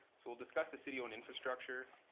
so we'll discussed the city-owned infrastructure.